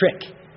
trick